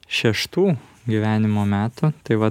šeštų gyvenimo metų tai va